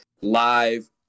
live